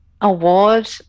award